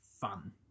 fun